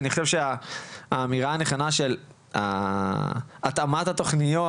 אני חושב שהאמירה הנכונה של התאמת התוכניות